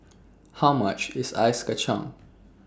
How much IS Ice Kacang